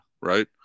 right